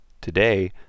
Today